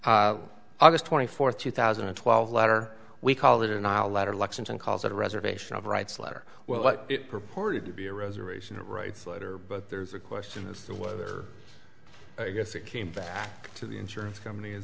august twenty fourth two thousand and twelve letter we call it in our letter lexington calls it a reservation of rights letter well it purported to be a reservation it writes a letter but there's a question as to whether you guess it came back to the insurance company is